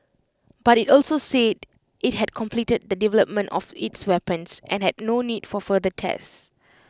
but IT also said IT had completed the development of its weapons and had no need for further tests